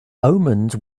omens